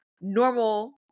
normal